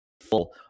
full